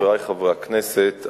חברי חברי הכנסת,